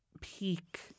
peak